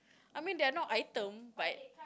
I mean they're not item but